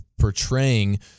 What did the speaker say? portraying